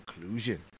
inclusion